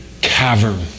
cavern